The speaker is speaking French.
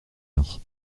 heure